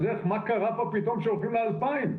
אז איך, מה קרה פה פתאום שהולכים ל-2,000?